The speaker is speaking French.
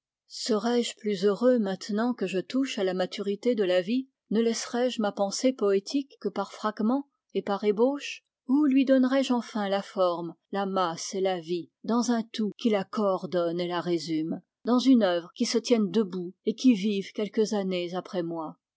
serai-je plus heureux maintenant que je touche à la maturité de la vie ne laisserai-je ma pensée poétique que par fragmens et par ébauches ou lui donnerai-je enfin la forme la masse et la vie dans un tout qui la coordonne et la résume dans une œuvre qui se tienne debout et qui vive quelques années après moi